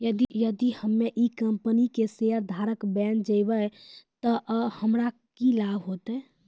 यदि हम्मै ई कंपनी के शेयरधारक बैन जैबै तअ हमरा की लाभ होतै